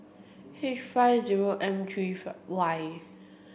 H five zero M three five Y